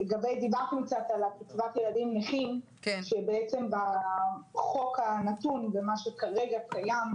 דיברנו קצת על קצבת ילדים נכים שבעצם בחוק הנתון במה שכרגע קיים,